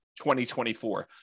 2024